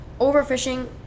Overfishing